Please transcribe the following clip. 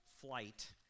flight